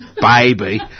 baby